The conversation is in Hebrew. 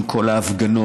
עם כל ההפגנות,